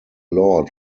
lord